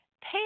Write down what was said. Pay